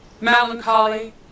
melancholy